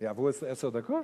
עברו עשר דקות?